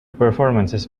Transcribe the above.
performances